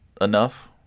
enough